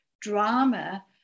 drama